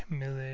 med